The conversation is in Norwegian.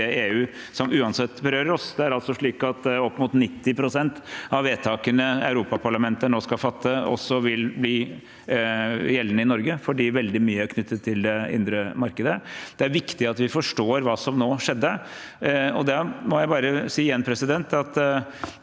vedtas i det EU som uansett berører oss. Opp mot 90 pst. av vedtakene Europaparlamentet nå skal fatte, vil også bli gjeldende i Norge, fordi veldig mye er knyttet til det indre markedet. Det er viktig at vi forstår hva som nå skjedde, og jeg må bare si igjen at